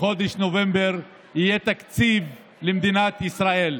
בחודש נובמבר יהיה תקציב למדינת ישראל,